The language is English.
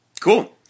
Cool